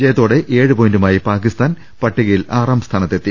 ജയത്തോടെ ഏഴ് പോയിന്റുമായി പാകിസ്താൻ പട്ടികയിൽ ആറാം സ്ഥാനത്തെത്തി